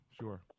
sure